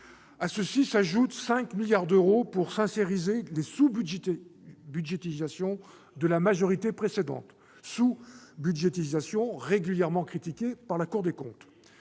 À ceux-là s'ajoutent 5 milliards d'euros pour rendre sincères les sous-budgétisations de la majorité précédente, sous-budgétisations régulièrement critiquées par la Cour des comptes.